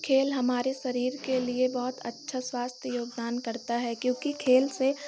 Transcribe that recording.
खेल हमारे शरीर के लिए बहुत अच्छा स्वास्थ्य योगदान करता है क्योंकि खेल से